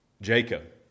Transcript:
Jacob